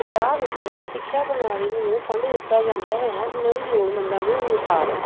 ਪੰਜਾਬ ਵਿੱਚ ਸਿੱਖਿਆ ਪ੍ਰਣਾਲੀ ਨੂੰ ਫੰਡ ਦਿੱਤਾ ਜਾਂਦਾ ਹੈ ਉਨ੍ਹਾਂ ਦੀ ਲੋੜਮੰਦਾਂ ਦੇ ਅਨੁਸਾਰ